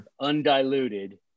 undiluted